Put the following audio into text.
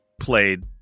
played